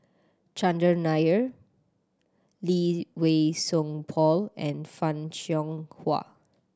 Chandran Nair Lee Wei Song Paul and Fan Shao Hua